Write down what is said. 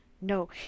no